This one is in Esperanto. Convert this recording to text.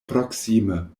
proksime